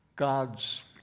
God's